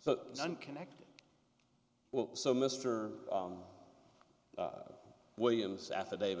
so it's unconnected well so mister williams affidavit